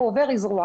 הוא עובר אזרוח,